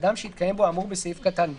אדם שהתקיים בו האמור בסעיף קטן (ב)